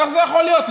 איך זה יכול להיות?